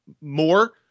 more